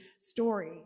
story